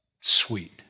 sweet